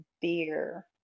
beer